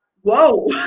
whoa